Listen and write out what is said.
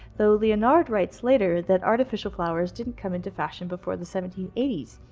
though leonard writes later that artificial flowers didn't come into fashion before the seventeen eighty s.